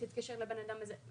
תתקשר לבן אדם הזה.